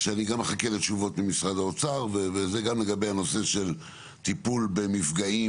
שאני גם אחכה לתשובות ממשרד האוצר וזה גם לגבי הנושא של טיפול במפגעים,